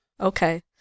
Okay